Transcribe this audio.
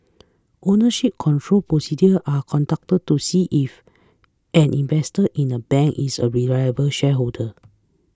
ownership control procedure are conducted to see if an investor in a bank is a reliable shareholder